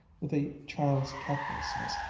with a child's tactlessness,